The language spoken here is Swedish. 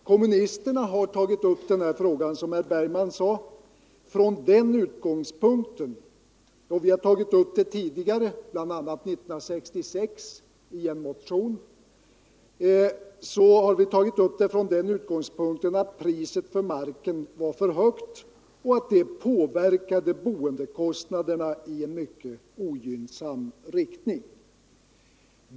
Kommunisterna har tagit upp den här frågan, som herr Bergman sade, från den utgångspunkten tidigare. Bl. a. gjorde vi det år 1966 i en motion från den utgångspunkten att priset för marken var högt och att det påverkade boendekostnaderna i en mycket ogynnsam riktning.